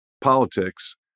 politics